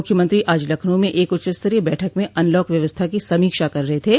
मुख्यमंत्री आज लखनऊ में एक उच्चस्तरीय बैठक में अनलॉक व्यवस्था की समीक्षा कर रहे थे